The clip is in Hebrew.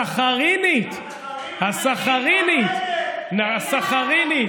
העטיפה הסכרינית שלך, הסכרינית.